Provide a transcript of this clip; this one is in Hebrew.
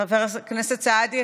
חברת הכנסת מיכאלי,